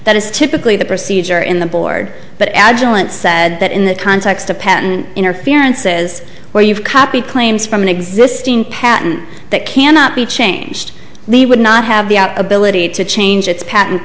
that is typically the procedure in the board but agilent said that in the context of patent interference is where you've copied claims from an existing patent that cannot be changed he would not have the out ability to change its pat